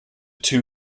two